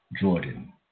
Jordan